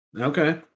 Okay